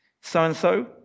so-and-so